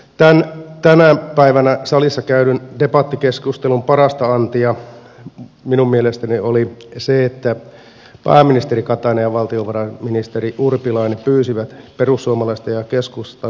tämän tänä päivänä salissa käydyn debattikeskustelun parasta antia minun mielestäni oli se että pääministeri katainen ja valtiovarainministeri urpilainen pyysivät perussuomalaisten ja keskustan rakennepaketit valtiovarainministeriöön